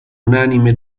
unanime